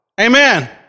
Amen